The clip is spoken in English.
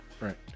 Right